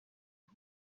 aho